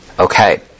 Okay